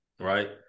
Right